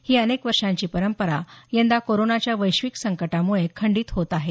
ही अनेक वर्षांची परंपरा यंदा कोरोनाच्या वैश्विक संकटामुळे खंडित होत आहे